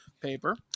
paper